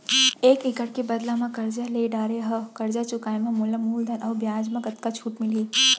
एक एक्कड़ के बदला म करजा ले डारे हव, करजा चुकाए म मोला मूलधन अऊ बियाज म कतका छूट मिलही?